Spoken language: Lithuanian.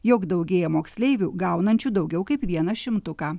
jog daugėja moksleivių gaunančių daugiau kaip vieną šimtuką